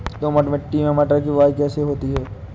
दोमट मिट्टी में मटर की बुवाई कैसे होती है?